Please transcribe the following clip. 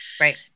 Right